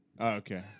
Okay